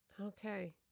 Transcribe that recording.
Okay